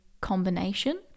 combination